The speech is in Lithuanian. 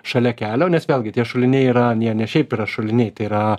šalia kelio nes vėlgi tie šuliniai yra jie ne šiaip yra šuliniai tai yra